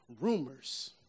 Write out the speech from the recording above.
Rumors